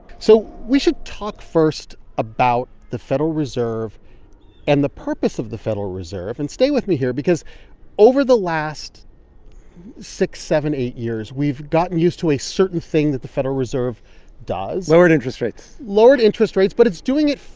so we should talk first about the federal reserve and the purpose of the federal reserve and stay with me here because over the last six, seven, eight years, we've gotten used to a certain thing that the federal reserve does lowered interest rates lowered interest rates, but it's doing it